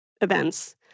events